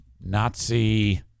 Nazi